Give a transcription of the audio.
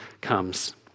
comes